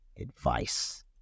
advice